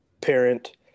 parent